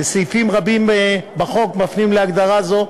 וסעיפים רבים בחוק מפנים להגדרה זו.